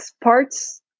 parts